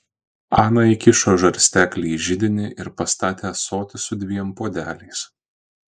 ana įkišo žarsteklį į židinį ir pastatė ąsotį su dviem puodeliais